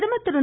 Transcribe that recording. பிரதமர் திரு